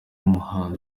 umuhanzi